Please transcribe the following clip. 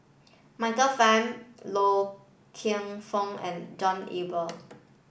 Michael Fam Loy Keng Foo and John Eber